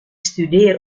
studeer